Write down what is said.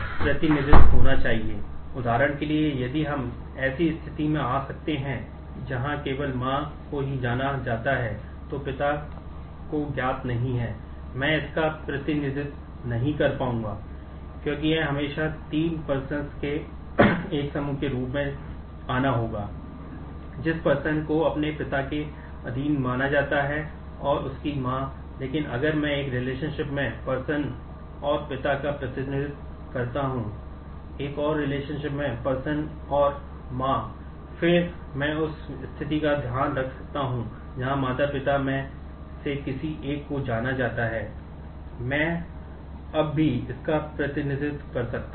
अब यदि हम इसे एक टर्नरी और मां फिर मैं उस स्थिति का ध्यान रख सकता हूं जहां माता पिता में से किसी एक को जाना जाता है मैं अब भी इसका प्रतिनिधित्व कर सकता हूं